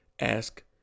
ask